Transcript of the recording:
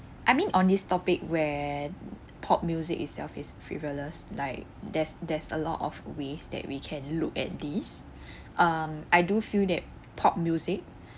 I mean on this topic where pop music itself is frivolous like there's there's a lot of ways that we can look at this um I do feel that pop music